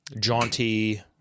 Jaunty